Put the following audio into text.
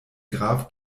graf